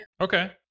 Okay